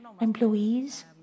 employees